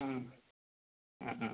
ആ ആ ആ